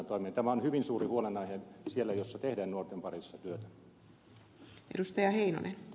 tämä on hyvin suuri huolenaihe siellä missä tehdään nuorten parissa työtä